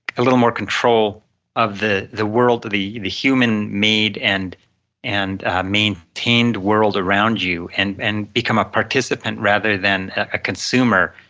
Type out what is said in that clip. a little more control of the the world of the the human made and and maintained world around you and and become a participant rather than a consumer.